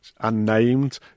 unnamed